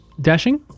dashing